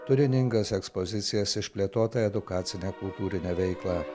turiningas ekspozicijas išplėtotą edukacinę kultūrinę veiklą